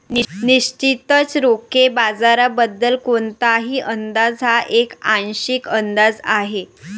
निश्चितच रोखे बाजाराबद्दल कोणताही अंदाज हा एक आंशिक अंदाज आहे